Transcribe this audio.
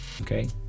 Okay